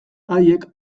haiek